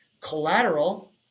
collateral